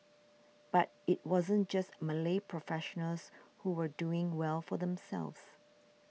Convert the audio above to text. but it wasn't just Malay professionals who were doing well for themselves